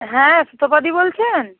হ্যাঁ সুতপাদি বলছেন